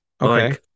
Okay